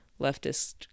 leftist